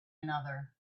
another